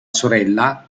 sorella